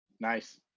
Nice